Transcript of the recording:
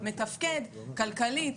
מתפקד כלכלית,